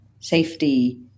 safety